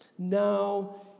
Now